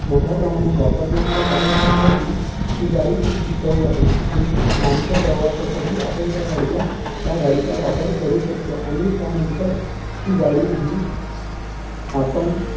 मोठ्या प्रमाणात वापरण्याचं कारण असं की ती गाडी खूप टिकाऊ आहे खूप लांबच्या प्रवासासाठी आपण त्या गाडीला त्या गाडीचा वापर करू शकतो आणि त्यानंतर ती गाडी ही आपण